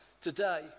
today